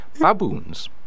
Baboons